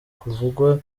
kuvugwa